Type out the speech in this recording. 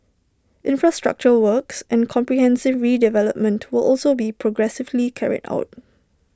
infrastructure works and comprehensive redevelopment will also be progressively carried out